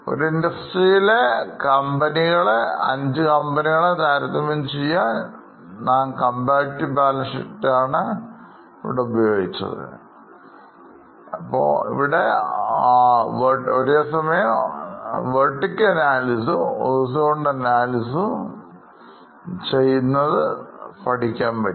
ഒരുഇൻഡസ്ട്രിയിലെകമ്പനികളെ താരതമ്യം ചെയ്യാൻ comparative balance sheet ഉപയോഗിക്കാൻ സാധിക്കും